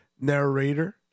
narrator